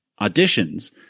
auditions